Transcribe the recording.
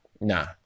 Nah